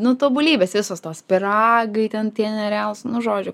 nu tobulybės visos tos pyragai ten tie nerealūs nu žodžiu